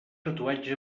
tatuatge